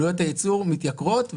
היא עלולה לקחת יותר.